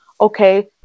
okay